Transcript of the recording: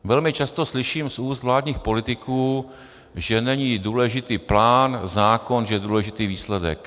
Velmi často slyším z úst vládních politiků, že není důležitý plán, zákon, že je důležitý výsledek.